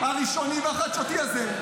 -- הראשוני החדשותי הזה.